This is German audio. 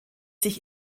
sich